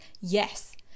Yes